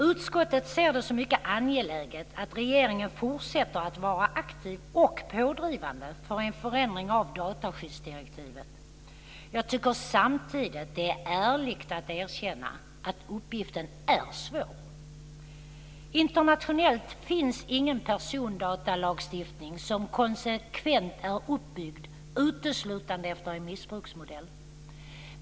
Utskottet ser det som mycket angeläget att regeringen fortsätter att vara aktiv och pådrivande för en förändring av dataskyddsdirektivet. Jag tycker samtidigt att det är ärligt att erkänna att uppgiften är svår. Internationellt finns ingen persondatalagstiftning som konsekvent är uppbyggd uteslutande efter en missbruksmodell.